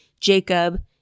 Jacob